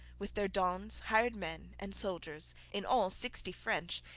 with their donnes, hired men, and soldiers, in all sixty french,